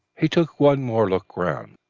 he took one more look round,